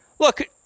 Look